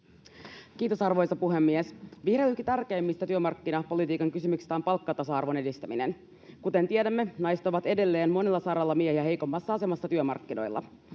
Kiitos, arvoisa puhemies! Vihreille yksi tärkeimmistä työmarkkinapolitiikan kysymyksistä on palkkatasa-arvon edistäminen. Kuten tiedämme, naiset ovat edelleen monella saralla miehiä heikommassa asemassa työmarkkinoilla,